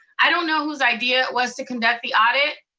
i don't know whose idea it was to conduct the audit,